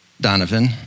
Donovan